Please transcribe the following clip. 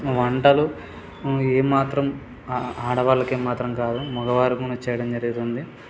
వంటలు ఏ మాత్రం ఆడవాళ్ళకే మాత్రం కాదు మగవారు కూడా చేయడం జరుగుతుంది